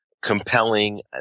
compelling